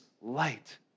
light